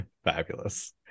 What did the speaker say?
Fabulous